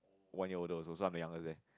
one year older also so I'm the youngest there